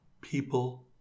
people